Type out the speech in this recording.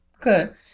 Good